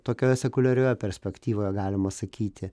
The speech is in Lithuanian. tokioje sekuliarioje perspektyvoje galima sakyti